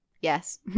Yes